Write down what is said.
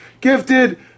Gifted